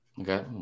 Okay